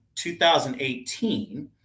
2018